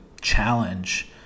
challenge